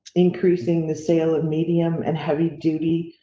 increasing the sale of medium. and heavy duty,